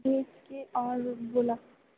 भेजके आओर बोलऽ